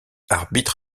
arbitre